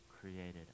created